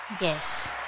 Yes